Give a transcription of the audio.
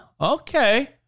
okay